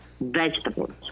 vegetables